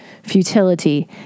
futility